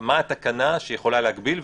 מה התקנה שיכולה להגביל,